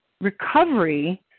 recovery